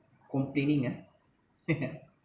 complaining ah